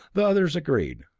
the others agreed,